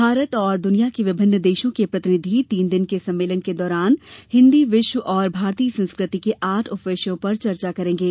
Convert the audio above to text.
भारत और दुनिया के विभिन्न देशों के प्रतिनिधि तीन दिन के सम्मेलन के दौरान हिन्दी विश्व और भारतीय संस्कृति के आठ उप विषयों पर चर्चा करेंगे